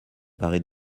paraît